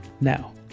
now